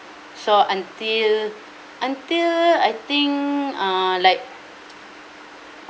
so until until I think uh like